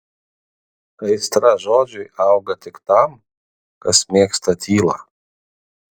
aistra žodžiui auga tik tam kas mėgsta tylą